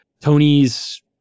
Tony's